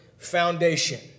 foundation